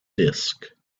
disk